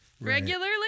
regularly